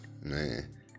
man